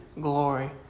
glory